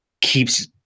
keeps